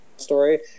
story